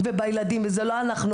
בסדר.